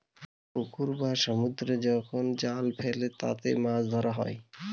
পুকুরে বা সমুদ্রে যখন জাল ফেলে তাতে মাছ ধরা হয়